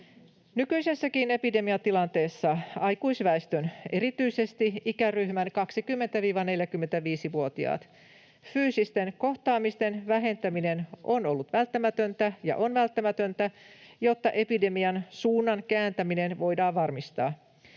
Nykyisessäkin epidemiatilanteessa aikuisväestön — erityisesti ikäryhmässä 20—45-vuotiaat — fyysisten kohtaamisten vähentäminen on ollut välttämätöntä ja on välttämätöntä, jotta epidemian suunnan kääntäminen voidaan varmistaa.